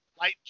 light